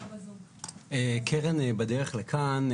קרן בדרך לכאן.